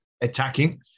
attacking